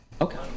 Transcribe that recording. Okay